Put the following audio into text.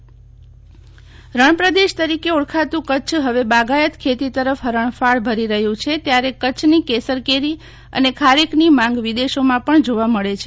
શીતલ વૈશ્નવ કેરીનું ઉત્પાદન રણ પ્રદેશ તરીકે ઓળખાતું કચ્છ હવે બાગાયત ખેતી તરફ હરણફાળ ભરી રહ્યું છે ત્યારે કચ્છની કેસર કેરી અને ખારેકની માંગ વિદેશોમાં પણ જોવા મળે છે